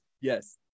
Yes